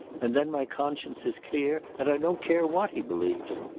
and then my conscience is clear, and i don't care what he believes.